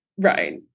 Right